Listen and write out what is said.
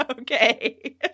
okay